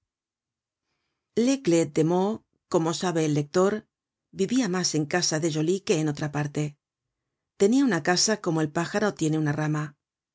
de meaux como sabe el lector vivia mas en casa de joly que en otra parte tenia una casa como el pájaro tiene una rama